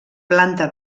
planta